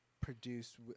Produced